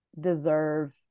deserve